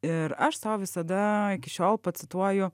ir aš sau visada iki šiol pacituoju